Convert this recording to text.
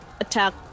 attack